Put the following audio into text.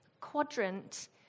quadrant